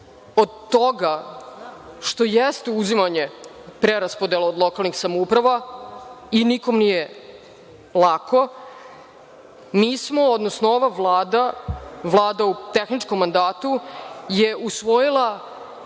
od toga što jeste uzimanje preraspodela od lokalnih samouprava i nikome nije lako, ova Vlada, Vlada u tehničkom mandatu je usvojila